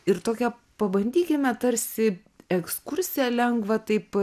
ir tokia pabandykime tarsi ekskursija lengvą taip